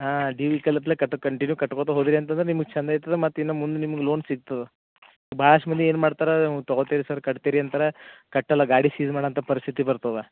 ಹಾಂ ಡ್ಯು ವೀಕಲಪ್ಲೆ ಕಟ್ಟದ ಕಂಟಿನ್ಯೂ ಕಟ್ಬೋದು ಹೌದ್ರಿ ಅಂತಂದ್ರ ನಿಮ್ಗ ಚಂದ ಐತದ ಮತ್ತು ಇನ್ನ ಮುಂದ ನಿಮ್ಗ ಲೋನ್ ಸಿಕ್ತದ ಭಾಳಷ್ಟ್ ಮಂದಿ ಏನು ಮಾಡ್ತರಾ ತಗೊಳ್ತೀರಿ ಸರ್ ಕಟ್ತಿರಿ ಅಂತರ ಕಟ್ಟಲ್ಲ ಗಾಡಿ ಸೀಝ್ ಮಾಡ ಅಂತ ಪರಿಸ್ಥಿತಿ ಬರ್ತದ